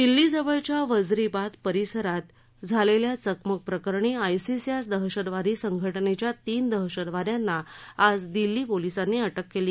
दिल्ली जवळच्या वझरीबाद परिसरात झालेल्या चकमक प्रकरणी आयसिस या दहशतवादी संघटनेच्या तीन दहशतवाद्यांना आज दिल्ली पोलिसांनी अटक केली